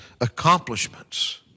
accomplishments